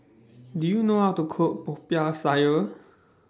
Do YOU know How to Cook Popiah Sayur